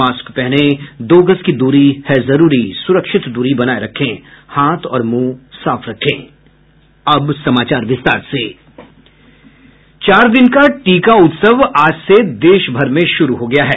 mask पहनें दो गज दूरी है जरूरी सुरक्षित दूरी बनाये रखें हाथ और मुंह साफ रखें अब समाचार विस्तार से चार दिन का टीका उत्सव आज से देशभर में शुरू हो गया है